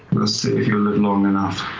we'll see if you live long enough